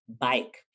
Bike